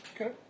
Okay